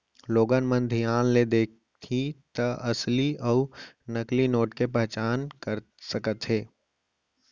लोगन मन धियान ले देखही त असली अउ नकली नोट के पहचान कर सकथे